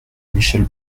michèle